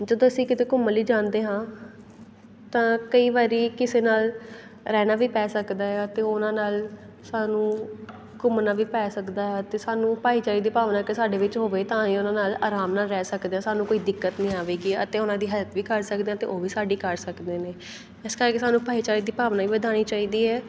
ਜਦੋਂ ਅਸੀਂ ਕਿਤੇ ਘੁੰਮਣ ਲਈ ਜਾਂਦੇ ਹਾਂ ਤਾਂ ਕਈ ਵਾਰੀ ਕਿਸੇ ਨਾਲ ਰਹਿਣਾ ਵੀ ਪੈ ਸਕਦਾ ਆ ਅਤੇ ਉਹ ਉਹਨਾਂ ਨਾਲ ਸਾਨੂੰ ਘੁੰਮਣਾ ਵੀ ਪੈ ਸਕਦਾ ਆ ਅਤੇ ਸਾਨੂੰ ਭਾਈਚਾਰੇ ਦੀ ਭਾਵਨਾ ਕਿ ਸਾਡੇ ਵਿੱਚ ਹੋਵੇ ਤਾਂ ਅਸੀਂ ਉਹਨਾਂ ਨਾਲ ਆਰਾਮ ਨਾਲ ਰਹਿ ਸਕਦੇ ਹਾਂ ਸਾਨੂੰ ਕੋਈ ਦਿੱਕਤ ਨਹੀਂ ਆਵੇਗੀ ਅਤੇ ਉਹਨਾਂ ਦੀ ਹੈਲਪ ਵੀ ਕਰ ਸਕਦੇ ਹਾਂ ਅਤੇ ਉਹ ਵੀ ਸਾਡੀ ਕਰ ਸਕਦੇ ਨੇ ਇਸ ਕਰਕੇ ਸਾਨੂੰ ਭਾਈਚਾਰੇ ਦੀ ਭਾਵਨਾ ਵੀ ਵਧਾਉਣੀ ਚਾਹੀਦੀ ਹੈ